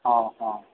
हँ हँ